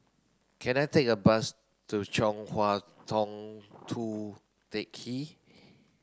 can I take a bus to Chong Hua Tong Tou Teck Hwee